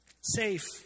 safe